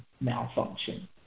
malfunction